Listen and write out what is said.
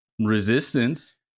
resistance